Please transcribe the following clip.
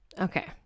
Okay